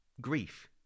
grief